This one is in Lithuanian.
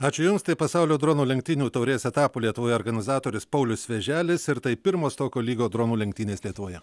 ačiū jums tai pasaulio dronų lenktynių taurės etapo lietuvoje organizatorius paulius vėželis ir tai pirmos tokio lygio dronų lenktynės lietuvoje